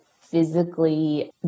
physically